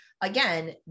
again